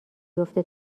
بیفته